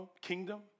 kingdom